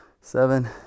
seven